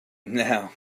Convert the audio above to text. now